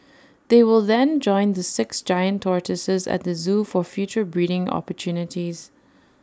they will then join the six giant tortoises at the Zoo for future breeding opportunities